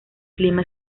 clima